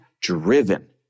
driven